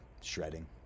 shredding